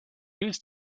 use